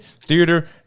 theater